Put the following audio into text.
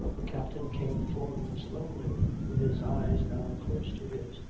the captain came forward slowly. with his eyes now close to his,